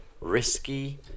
risky